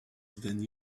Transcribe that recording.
than